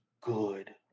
good